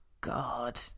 God